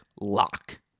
lock